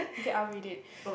okay I'll read it